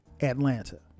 Atlanta